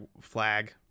flag